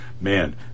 man